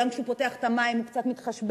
גם כשהוא פותח את המים הוא קצת מתחשבן,